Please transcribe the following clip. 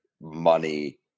money